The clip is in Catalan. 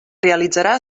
realitzarà